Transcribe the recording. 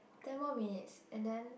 ten more minutes and then